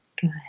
Good